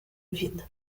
vida